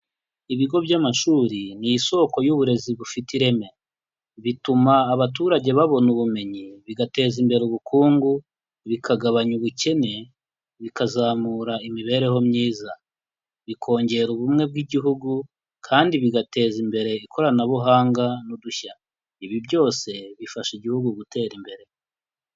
Ibigo by'amashuri ni isoko y'uburezi bufite ireme. Bituma abaturage babona ubumenyi, bigateza imbere ubukungu, bikagabanya ubukene, bikazamura imibereho myiza. Bikongera ubumwe bw'Igihugu, kandi bigateza imbere ikoranabuhanga n'udushya. Ibi byose bifasha Igihugu gutera imbere.